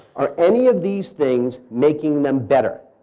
are any of these things making them better?